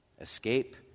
Escape